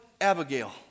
Abigail